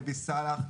נבי סאלח.